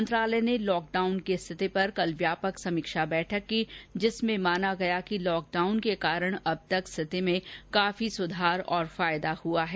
मंत्रालय ने लॉकडाउन की स्थिति पर कल व्यापक समीक्षा बैठक की जिसमें माना गया कि लॉकडाउन के कारण अब तक स्थिति में काफी सुधार और फायदा हुआ है